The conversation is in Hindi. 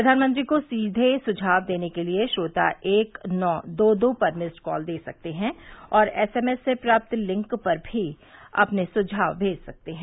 प्रधानमंत्री को सीधे सुझाव देने के लिए श्रोता एक नौ दो दो पर मिस्ड कॉल दे सकते हैं और एसएमएस से प्राप्त लिंक पर भी अपने सुझाव भेज सकते हैं